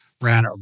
ran